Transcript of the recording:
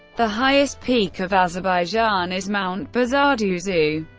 the highest peak of azerbaijan is mount bazarduzu,